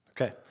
Okay